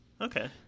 Okay